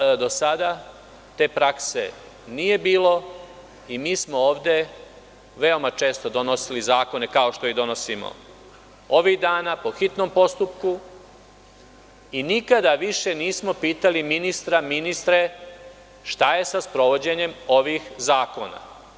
Nažalost, do sada te prakse nije bilo i mi smo ovde veoma često donosili zakone, kao što ih donosimo ovih dana, po hitnom postupku, i nikada više nismo pitali ministra – ministre, šta je sa sprovođenjem ovih zakona?